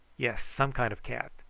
yes some kind of cat,